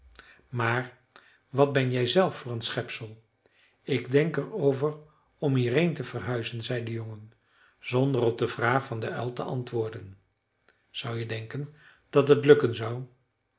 maar wat ben jijzelf voor een schepsel ik denk er over om hierheen te verhuizen zei de jongen zonder op de vraag van den uil te antwoorden zou je denken dat het lukken zou